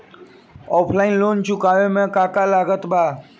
Offline loan चुकावे म का का लागत बा?